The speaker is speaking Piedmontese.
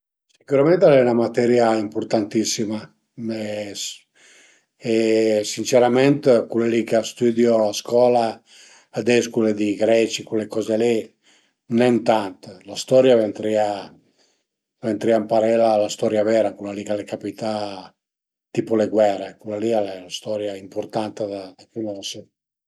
Sicürament al e 'na materia impurtantissima e sincerament cule li ch'a stüdiu a scola ades cule di greci cule coze li nen tant, la storia vëntarìa vëntarìa ëmparela la storia vera cula li ch'al e capità tipu le guere, cula li al e la storia impurtanta da cunose